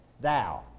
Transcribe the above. Thou